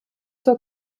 zur